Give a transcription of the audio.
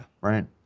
Right